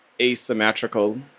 asymmetrical